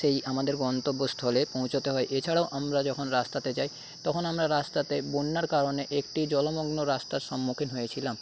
সেই আমাদের গন্তব্যস্থলে পৌঁছোতে হয় এছাড়াও আমরা যখন রাস্তাতে যাই তখন আমরা রাস্তাতে বন্যার কারণে একটি জলমগ্ন রাস্তার সম্মুখীন হয়েছিলাম